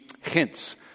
hints